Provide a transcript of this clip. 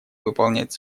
выполнять